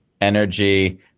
energy